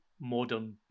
modern